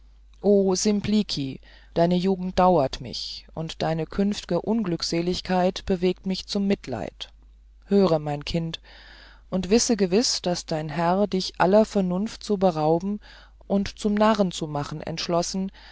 simplici deine jugend dauret mich und deine künftige unglückseligkeit bewegt mich zum mitleiden höre mein kind und wisse gewiß daß dein herr dich aller vernunft zu berauben und zum narren zu machen entschlossen